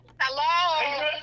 Hello